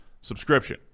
subscription